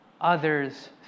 others